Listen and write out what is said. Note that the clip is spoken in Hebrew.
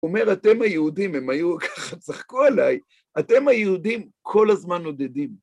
אומר אתם היהודים, הם היו ככה, צחקו עליי, אתם היהודים כל הזמן נודדים.